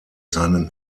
seinen